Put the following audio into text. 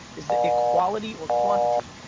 is it quality or quantity?